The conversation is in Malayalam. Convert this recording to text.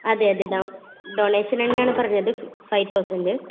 അതെ അതെ ഡൊണേഷൻ തന്നെയാണ് പറഞ്ഞത് ഫൈവ് തൗസൻഡ്